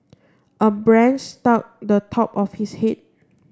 a branch stock the top of his head